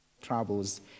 troubles